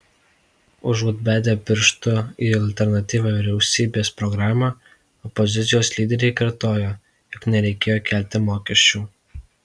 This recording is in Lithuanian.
užuot bedę pirštu į alternatyvią vyriausybės programą opozicijos lyderiai kartoja jog nereikėjo kelti mokesčių